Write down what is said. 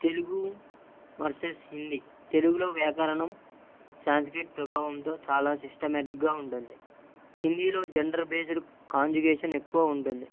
Telugu versus Hindi తెలుగులో వ్యాకరణం సంస్కృతం ప్రభావంతో చాలా సిస్టమాటిక్గా ఉంటుంది హిందీలో జెండర్ బేస్డ్ కాంజిగేషన్ ఎక్కువ ఉంటుంది